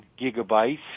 gigabytes